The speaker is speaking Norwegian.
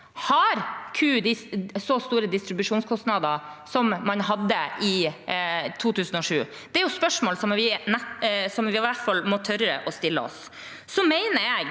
Har Q-meieriene så store distribusjonskostnader som de hadde i 2007? Det er spørsmål som vi i hvert fall må tørre å